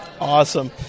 Awesome